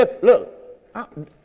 look